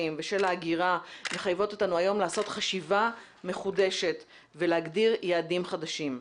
ושל האגירה מחייבות אותנו היום לעשות חשיבה מחודשת ולהגדיר יעדים חדשים.